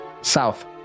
South